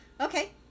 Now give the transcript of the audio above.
Okay